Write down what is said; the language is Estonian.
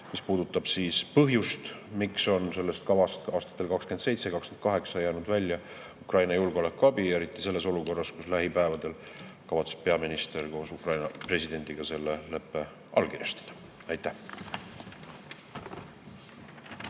mis puudutab põhjust, miks on sellest kavast aastatel 2027–2028 jäänud välja Ukraina julgeolekuabi, eriti olukorras, kus lähipäevadel kavatseb peaminister koos Ukraina presidendiga selle leppe allkirjastada. Aitäh!